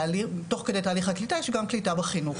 תוך כדי תהליך הקליטה יש גם קליטה בחינוך.